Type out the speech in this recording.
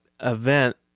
event